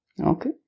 Okay